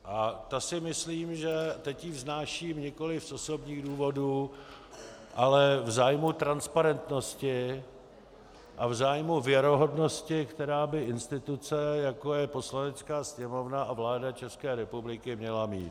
A myslím si, že teď ji vznáším nikoliv z osobních důvodů, ale v zájmu transparentnosti a v zájmu věrohodnosti, kterou by instituce, jako je Poslanecká sněmovna a vláda České republiky, měla mít.